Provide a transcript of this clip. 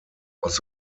was